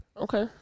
Okay